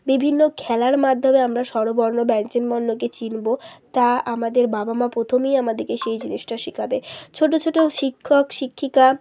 বিভিন্ন খেলার মাধ্যমে আমরা স্বরবর্ণ ব্যঞ্জনবর্ণকে চিনবো তা আমাদের বাবা মা প্রথমেই আমাদেরকে সেই জিনিসটা শেখাবে ছোটো ছোটো শিক্ষক শিক্ষিকা